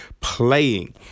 playing